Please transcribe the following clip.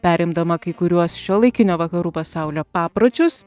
perimdama kai kuriuos šiuolaikinio vakarų pasaulio papročius